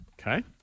Okay